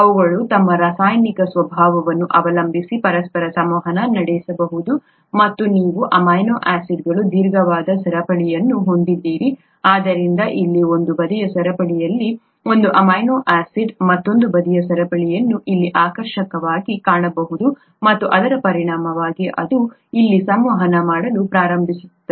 ಅವುಗಳು ತಮ್ಮ ರಾಸಾಯನಿಕ ಸ್ವಭಾವವನ್ನು ಅವಲಂಬಿಸಿ ಪರಸ್ಪರ ಸಂವಹನ ನಡೆಸಬಹುದು ಮತ್ತು ನೀವು ಅಮೈನೋ ಆಸಿಡ್ಗಳ ದೀರ್ಘ ಸರಪಳಿಯನ್ನು ಹೊಂದಿದ್ದೀರಿ ಆದ್ದರಿಂದ ಇಲ್ಲಿ ಒಂದು ಬದಿಯ ಸರಪಳಿಯಲ್ಲಿ ಒಂದು ಅಮೈನೋ ಆಸಿಡ್ ಮತ್ತೊಂದು ಬದಿಯ ಸರಪಳಿಯನ್ನು ಇಲ್ಲಿ ಆಕರ್ಷಕವಾಗಿ ಕಾಣಬಹುದು ಮತ್ತು ಅದರ ಪರಿಣಾಮವಾಗಿ ಅದು ಇಲ್ಲಿ ಸಂವಹನ ಮಾಡಲು ಪ್ರಾರಂಭಿಸುತ್ತದೆ